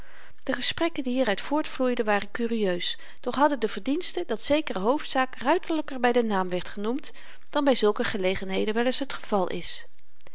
de gesprekken die hieruit voortvloeiden waren kurieus doch hadden de verdienste dat zekere hoofdzaak ruiterlyker by den naam werd genoemd dan by zulke gelegenheden wel eens t geval is